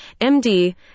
MD